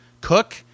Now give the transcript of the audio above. Cook